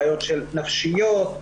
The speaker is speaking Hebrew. בעיות נפשיות,